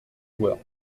joueurs